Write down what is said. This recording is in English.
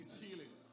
healing